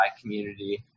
community